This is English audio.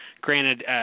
Granted